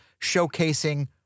showcasing